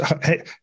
hey